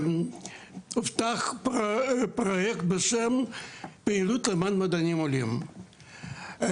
הובטח פרויקט בשם פעילות למען מדענים עולים.